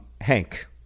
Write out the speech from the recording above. Hank